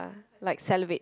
like salivate